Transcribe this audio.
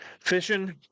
fishing